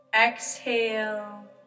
Exhale